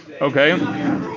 Okay